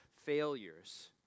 failures